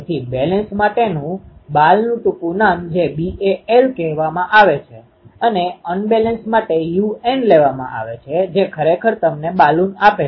તેથી બેલેન્સ માટે બાલનું ટૂંકું નામ જે BAL લેવામાં આવે છે અને અન્બેલેન્સ માટે UN લેવામાં આવે છે જે તમને BALUN આપે છે